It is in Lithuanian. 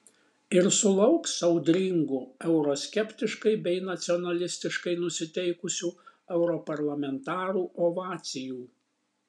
ir sulauks audringų euroskeptiškai bei nacionalistiškai nusiteikusių europarlamentarų ovacijų